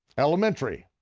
elementary,